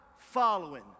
following